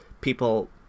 people